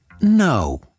No